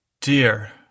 dear